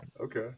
okay